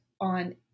on